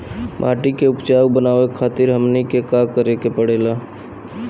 माटी के उपजाऊ बनावे खातिर हमनी के का करें के पढ़ेला?